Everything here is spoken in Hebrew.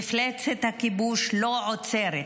מפלצת הכיבוש לא עוצרת,